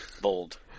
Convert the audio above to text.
Bold